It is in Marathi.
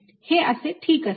हे असे ठीक असेल